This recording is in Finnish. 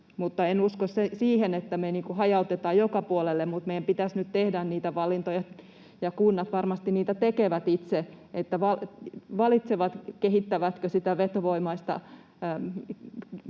En usko siihen, että me hajautettaisiin joka puolelle, mutta meidän pitäisi nyt tehdä niitä valintoja, ja kunnat varmasti niitä tekevät itse, niin että valitsevat, kehittävätkö sitä vetovoimaista